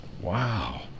Wow